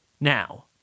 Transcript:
now